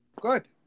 Good